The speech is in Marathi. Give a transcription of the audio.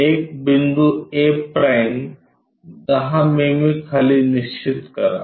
एक बिंदू a' 10 मिमी खाली निश्चित करा